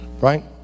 right